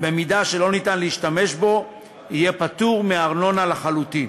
במידה שלא ניתן להשתמש בו יהיה פטור מארנונה לחלוטין.